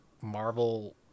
Marvel